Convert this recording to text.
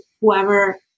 whoever